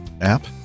app